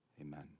Amen